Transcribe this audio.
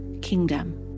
kingdom